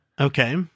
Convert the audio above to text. Okay